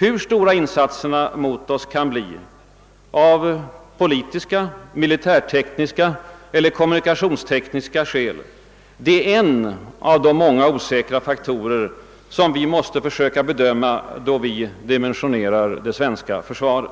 Hur stora insatserna mot oss kan bli, av politiska, militärtekniska eller kommunikationstekniska skäl, är en av de många osäkra faktorer som vi måste försöka bedöma då vi dimensionerar det svenska försvaret.